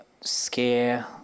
scare